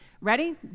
Ready